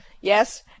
yes